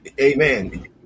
amen